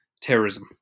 terrorism